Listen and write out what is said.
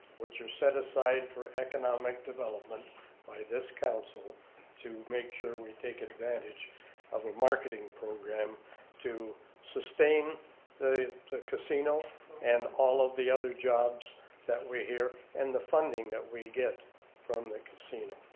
which are set aside for economic development by this council to make sure we take advantage of a marketing program to sustain the casino and all of the other jobs that we hear and the funding that we get from the casino.